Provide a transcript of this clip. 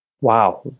Wow